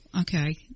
Okay